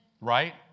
right